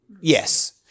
Yes